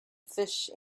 fish